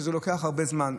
שזה לוקח הרבה זמן.